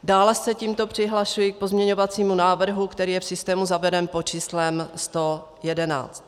Dále se tímto přihlašuji k pozměňovacímu návrhu, který je v systému zaveden pod číslem 111.